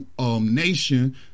Nation